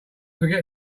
forget